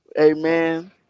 amen